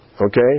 Okay